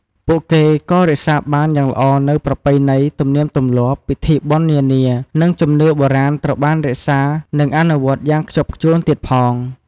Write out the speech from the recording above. ពួកគេក៏រក្សាបានយ៉ាងល្អនូវ ប្រពៃណីទំនៀមទម្លាប់ ពិធីបុណ្យនានា និងជំនឿបុរាណត្រូវបានរក្សា និងអនុវត្តយ៉ាងខ្ជាប់ខ្ជួនទៀតផង។